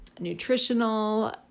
nutritional